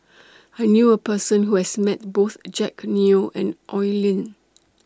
I knew A Person Who has Met Both Jack Neo and Oi Lin